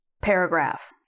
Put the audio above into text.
paragraph